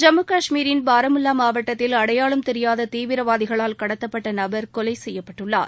ஜம்மு கஷ்மீரில் பாரமுல்லா மாவட்டத்தில் அடையாளம் தெரியாக தீவிரவாதிகளால் கடத்தப்பட்ட நபர் கொலை செய்யப்பட்டுள்ளர்